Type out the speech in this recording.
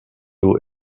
eau